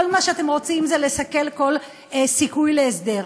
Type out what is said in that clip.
כל מה שאתם רוצים זה לסכל כל סיכוי להסדר.